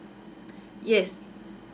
yes